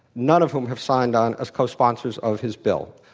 none of whom have signed on as co-sponsors of his bill.